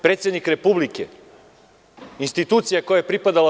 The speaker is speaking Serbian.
Predsednik Republike, institucija koja je pripadala DS.